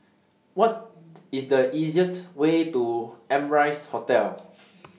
What IS The easiest Way to Amrise Hotel